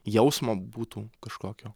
jausmo būtų kažkokio